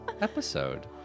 episode